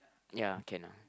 ya can lah